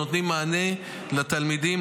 והם נותנים מענה לתלמידים,